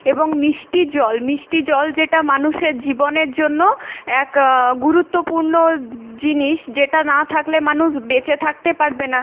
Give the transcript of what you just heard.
এবং মিষ্টি জল মিষ্টি জল যেটা মানুষের জীবনের জন্য এক গুরুত্বপূর্ণ জিনিস যেটা না থাকলে মানুষ বেঁচে থাকতে পারবে না